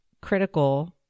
critical